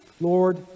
Lord